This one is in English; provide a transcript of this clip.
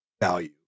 value